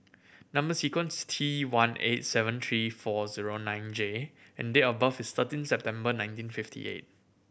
number sequence T one eight seven three four zero nine J and date of birth is thirteen September nineteen fifty eight